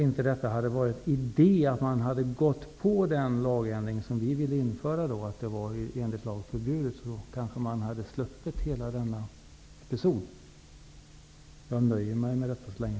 Hade det inte varit en idé att införa den lagändring som vi ville, nämligen att detta skulle vara förbjudet enligt lag? Då hade vi kanske sluppit hela den här episoden. Jag nöjer mig med detta så länge.